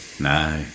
No